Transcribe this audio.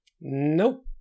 Nope